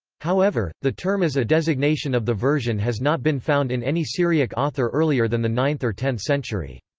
however, the term as a designation of the version has not been found in any syriac author earlier than the ninth or tenth century.